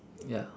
ya